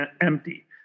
empty